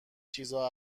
چیزها